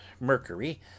Mercury